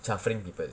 suffering people